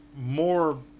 more